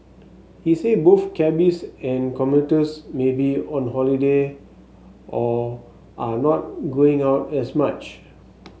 he said both cabbies and commuters may be on holiday or are not going out as much